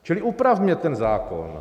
Čili upravme ten zákon.